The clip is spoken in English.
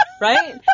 right